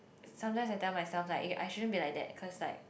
sometimes I tell myself like eh I shouldn't be like that cause like